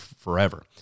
forever